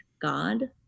god